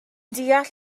deall